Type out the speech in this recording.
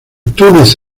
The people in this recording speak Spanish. túnez